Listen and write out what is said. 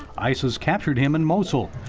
isis captured him in mosul,